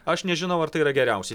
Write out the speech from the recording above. aš nežinau ar tai yra geriausi